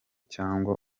cyangwa